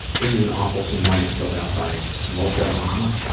this is an awfulsome moment filled out by mocha mamma,